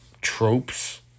tropes